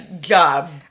job